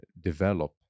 develop